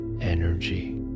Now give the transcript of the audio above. energy